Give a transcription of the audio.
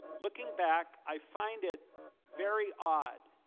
looking back, i find it very odd,